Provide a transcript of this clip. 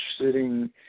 sitting